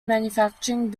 manufacturing